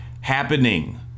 happening